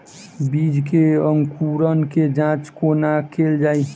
बीज केँ अंकुरण केँ जाँच कोना केल जाइ?